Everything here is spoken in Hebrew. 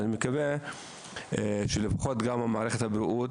אני מקווה שלפחות מערכת הבריאות,